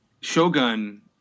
Shogun